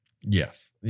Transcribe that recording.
Yes